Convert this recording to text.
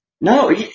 No